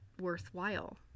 worthwhile